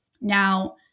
now